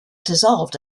dissolved